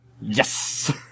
Yes